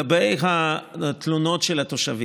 בעניין התלונות של התושבים,